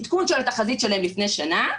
עדכון של התחזית שלהם לפני שנה.